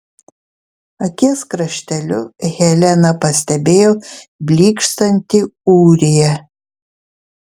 akies krašteliu helena pastebėjo blykštantį ūriją